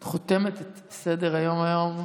את חותמת את סדר-היום היום.